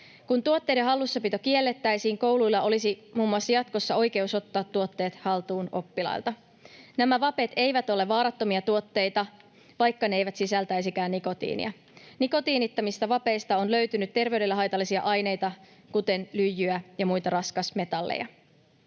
Kun tuotteiden hallussapito kiellettäisiin, kouluilla olisi muun muassa jatkossa oikeus ottaa tuotteet haltuun oppilaalta. Nämä vapet eivät ole vaarattomia tuotteita, vaikka ne eivät sisältäisikään nikotiinia. Nikotiinittomista vapeista on löytynyt terveydelle haitallisia aineita, kuten lyijyä ja muita raskasmetalleja.